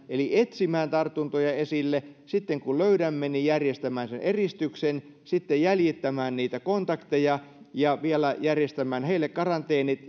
eli etsimään tartuntoja esille ja sitten kun löydämme niin järjestämään sen eristyksen sitten jäljittämään niitä kontakteja ja vielä järjestämään heille karanteenit